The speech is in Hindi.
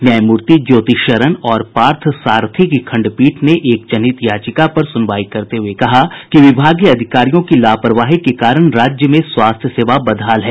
न्यायमूर्ति ज्योति शरण और पार्थसारथी की खंडपीठ ने एक जनहित याचिका पर सुनवाई करते हुये कहा कि विभागीय अधिकारियों की लापरवाही के कारण राज्य में स्वास्थ्य सेवा बदहाल है